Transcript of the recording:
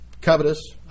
covetous